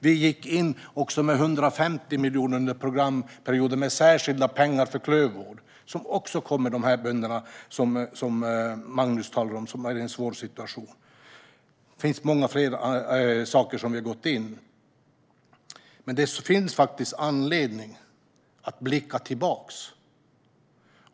Vi gick in med 150 miljoner under programperioden som särskilda pengar för klövvård. Det kommer också de bönder till godo som Magnus talar om och som är i en svår situation. Det finns många fler saker som vi har gjort. Det finns faktiskt anledning att blicka tillbaka.